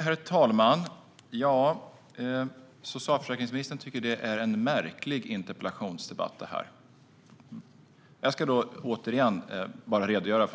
Herr talman! Socialförsäkringsministern tycker att det är en märklig interpellationsdebatt, det här. Jag ska då återigen redogöra